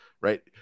right